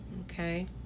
Okay